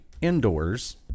indoors